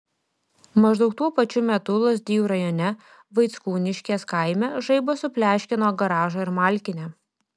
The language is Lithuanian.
maždaug tuo pačiu metu lazdijų rajone vaickūniškės kaime žaibas supleškino garažą ir malkinę